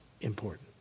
important